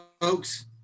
folks